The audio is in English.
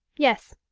yes,